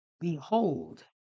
behold